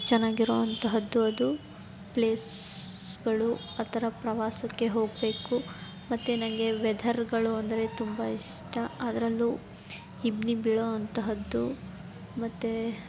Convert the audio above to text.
ಚೆನ್ನಾಗಿರೋ ಅಂತಹದ್ದು ಅದು ಪ್ಲೇಸ್ಗಳು ಆ ಥರ ಪ್ರವಾಸಕ್ಕೆ ಹೋಗಬೇಕು ಮತ್ತು ನನಗೆ ವೆದರ್ಗಳು ಅಂದರೆ ತುಂಬ ಇಷ್ಟ ಅದರಲ್ಲೂ ಇಬ್ಬನಿ ಬೀಳೋ ಅಂತಹದ್ದು ಮತ್ತೆ